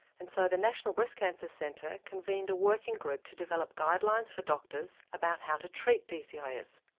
and so the national breast cancer centre convened a working group to develop guidelines for doctors about how to treat dcis.